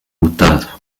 lotado